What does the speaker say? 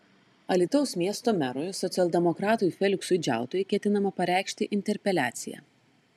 alytaus miesto merui socialdemokratui feliksui džiautui ketinama pareikšti interpeliaciją